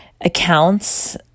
accounts